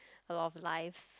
a lot of lives